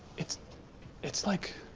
it's it's like